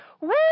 woo